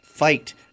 Fight